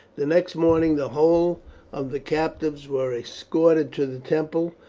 the next morning the whole of the captives were escorted to the temple,